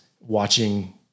watching